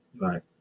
Right